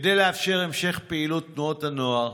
כדי לאפשר המשך פעילות תנועות הנוער,